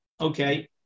Okay